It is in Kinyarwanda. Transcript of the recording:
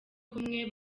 kumwe